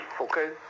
okay